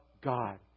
God